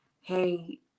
hey